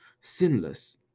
sinless